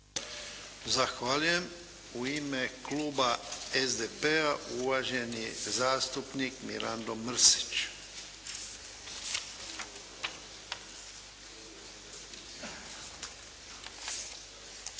Zahvaljujem. U ime kluba SDP-a uvaženi zastupnik Mirando Mrsić.